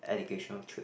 educational trips